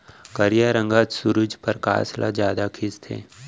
करिया रंग ह सुरूज परकास ल जादा खिंचथे